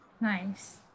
Nice